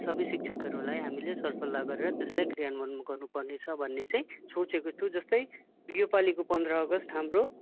सबै शिक्षकहरूलाई हामीले सरसल्लाह गरेर त्यसलाई क्रियान्वयन गर्नु पर्नेछ भन्ने चाहिँ सोचेको छु जस्तै योपालिको पन्ध्र अगस्ट हाम्रो